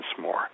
more